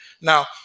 now